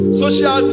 social